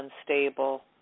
unstable